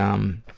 um,